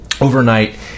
overnight